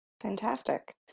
Fantastic